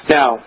Now